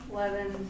Eleven